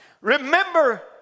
remember